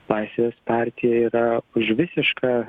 laisvės partija yra už visišką